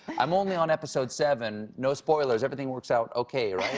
i'm only on episode seven, no spoilers. everything works out okay,